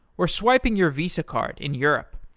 or swiping your visa card in europe,